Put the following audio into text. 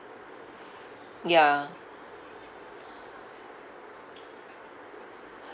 ya